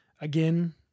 again